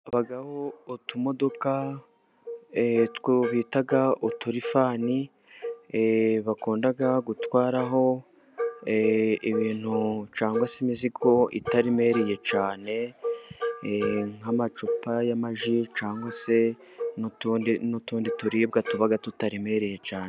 Abagabo, utumodoka bita uturifani, bakunda gutwaraho ibintu cyangwa se imizigo itaremereye cyane, nk'amacupa y'amaji cyangwa se n'utundi n'utundi turibwa tuba tutaremereye cyane.